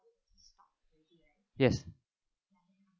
yes